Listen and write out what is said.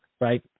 right